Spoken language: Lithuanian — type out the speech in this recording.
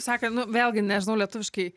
sakant nu vėlgi nežinau lietuviškai